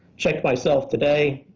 checked myself today,